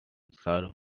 serve